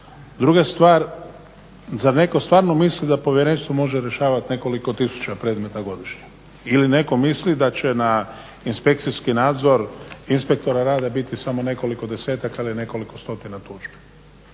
Druga stvar zar neko stvarno misli da povjerenstvo može rješavati nekoliko tisuća predmeta godišnje ili neko misli da će na inspekcijski nadzor inspektora rada biti samo nekoliko desetaka ili nekoliko stotina tužbi.